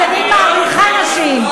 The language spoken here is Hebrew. אז אני מעריכה נשים,